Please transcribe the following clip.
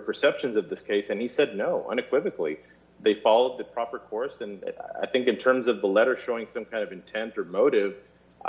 perceptions of this case and he said no unequivocally they followed the proper course and i think in terms of the letter showing some kind of intent or a motive